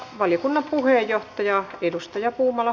valiokunnan puheenjohtaja edustaja puumala